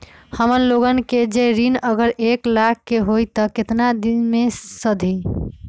हमन लोगन के जे ऋन अगर एक लाख के होई त केतना दिन मे सधी?